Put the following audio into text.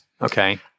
Okay